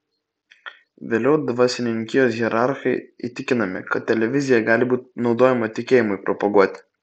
vėliau dvasininkijos hierarchai įtikinami kad televizija gali būti naudojama tikėjimui propaguoti